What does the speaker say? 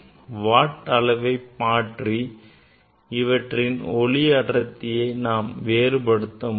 watt அளவை மாற்றி அவற்றின் ஒளி அடர்த்தியை நாம் வேறுபடுத்த முடியும்